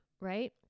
right